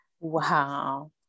Wow